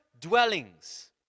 dwellings